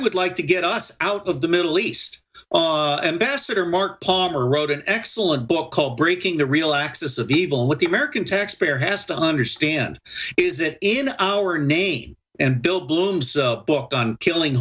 would like to get us out of the middle east and bassett or mark palmer wrote an excellent book called breaking the real axis of evil what the american taxpayer has to understand is it in our name and bill blooms book on killing